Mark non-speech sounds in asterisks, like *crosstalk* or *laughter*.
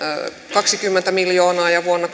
kaksikymmentä miljoonaa vuonna *unintelligible*